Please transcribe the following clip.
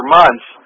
months